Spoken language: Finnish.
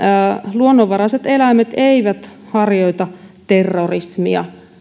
luonnonvaraiset eläimet eivät harjoita terrorismia